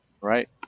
Right